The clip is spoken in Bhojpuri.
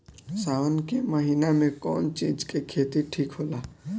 सावन के महिना मे कौन चिज के खेती ठिक होला?